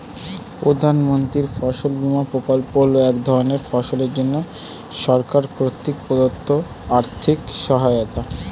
প্রধানমন্ত্রীর ফসল বিমা প্রকল্প হল এক ধরনের ফসলের জন্য সরকার কর্তৃক প্রদত্ত আর্থিক সহায়তা